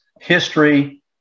history